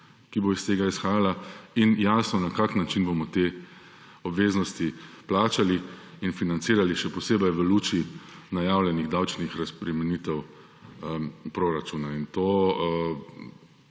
ki bo iz tega izhajala, in da je jasno, na kak način bomo te obveznosti plačali in financirali, še posebej v luči najavljenih davčnih razbremenitev proračuna. Ta